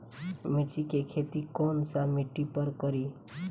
मिर्ची के खेती कौन सा मिट्टी पर करी?